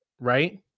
right